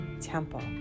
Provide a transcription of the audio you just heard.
temple